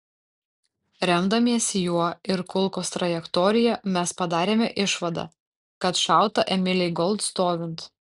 remdamiesi juo ir kulkos trajektorija mes padarėme išvadą kad šauta emilei gold stovint